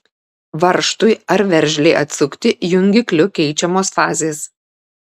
varžtui ar veržlei atsukti jungikliu keičiamos fazės